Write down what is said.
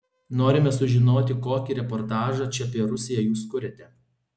norime sužinoti kokį reportažą čia apie rusiją jūs kuriate